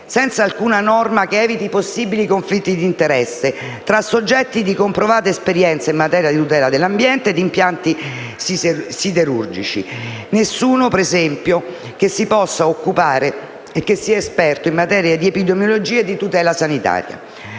su alcuna norma che eviti possibili conflitti di interesse tra soggetti di comprovata esperienza in materia di tutela dell'ambiente e di impianti siderurgici; nessuno - ad esempio - si può occupare ed è esperto in materia di epidemiologia e di tutela sanitaria.